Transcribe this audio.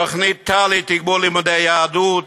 תוכנית תל"י, תגבור לימודי יהדות.